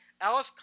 Alice